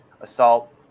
assault